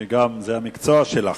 שזה גם המקצוע שלה.